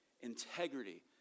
integrity